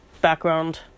background